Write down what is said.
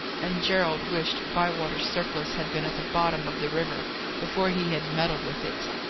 and gerald wished bywater's surplice had been at the bottom of the river before he had meddled with it.